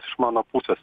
iš mano pusės